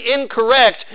incorrect